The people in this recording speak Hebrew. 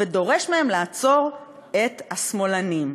ודורש מהם לעצור את השמאלנים.